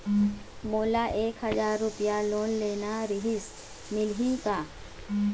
मोला एक हजार रुपया लोन लेना रीहिस, मिलही का?